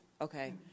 Okay